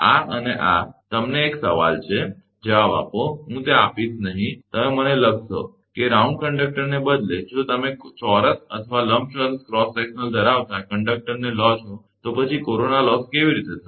આ અને આ એક તમને સવાલ છે જવાબ આપો હું તે આપીશ નહીં તમે મને લખશો કે રાઉન્ડ કંડક્ટરને બદલે જો તમે ચોરસ અથવા લંબચોરસ ક્રોસ સેક્શનલ ધરાવતા કંડક્ટરને લો છો તો પછી કોરોના લોસ કેવી રીતે હશે